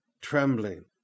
trembling